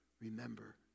Remember